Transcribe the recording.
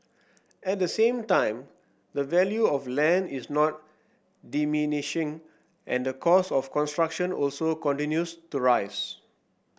at the same time the value of land is not diminishing and the cost of construction also continues to rise